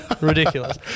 Ridiculous